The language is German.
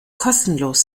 kostenlos